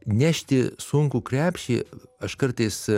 nešti sunkų krepšį aš kartais